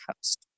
host